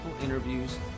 interviews